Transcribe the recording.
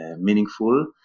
meaningful